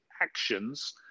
actions